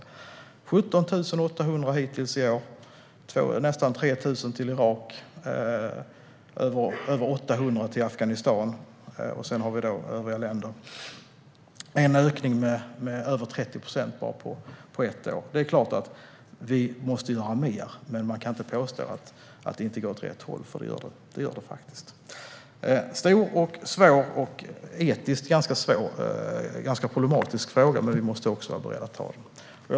Det är 17 800 hittills i år. Det är nästan 3 000 till Irak och över 800 till Afghanistan, och sedan har vi då övriga länder. Det är en ökning med över 30 procent på bara ett år. Det är klart att vi måste göra mer, men man kan inte påstå att det inte går åt rätt håll. Det gör det faktiskt. Det är en stor, svår och etiskt ganska problematisk fråga, men vi måste vara beredda att hantera den.